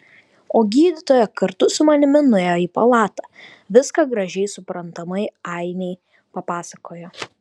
o gydytoja kartu su manimi nuėjo į palatą viską gražiai suprantamai ainei papasakojo